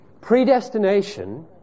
predestination